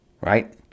right